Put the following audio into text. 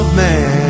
man